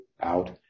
out